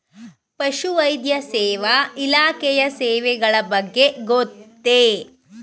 ಪಶುವೈದ್ಯ ಸೇವಾ ಇಲಾಖೆಯ ಸೇವೆಗಳ ಬಗ್ಗೆ ಗೊತ್ತೇ?